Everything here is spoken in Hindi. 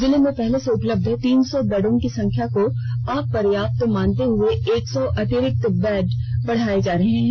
जिले में पहले से उपलब्ध तीन सौ बेडों की संख्या को अपर्याप्त मानते हुये एक सौ अतिरिक्त बेड बढ़ाया जा रहा है